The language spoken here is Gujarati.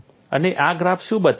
અને આ ગ્રાફ શું બતાવે છે